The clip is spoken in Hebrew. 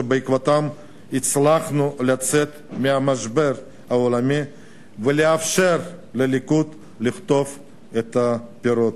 שבעקבותיהן הצלחנו לצאת מהמשבר העולמי ולאפשר לליכוד לקטוף את הפירות.